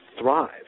thrive